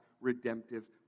redemptive